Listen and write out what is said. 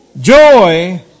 Joy